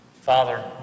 Father